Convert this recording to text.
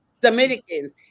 Dominicans